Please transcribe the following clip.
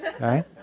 right